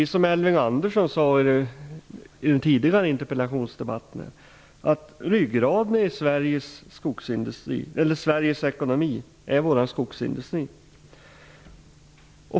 Som Elving Andersson sade i en tidigare interpellationsdebatt är ryggraden i Sveriges ekonomi vår skogsindustri.